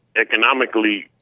economically